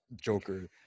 Joker